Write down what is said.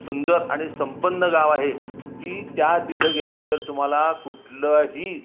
सुंदर आणि संपन्न गाव आहे की त्या तिथं गेल्यानंतर तुम्हाला कुठलंही